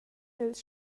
ils